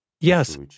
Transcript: Yes